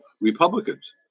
Republicans